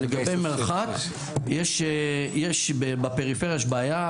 לגבי מרחק בפריפריה יש בעיה.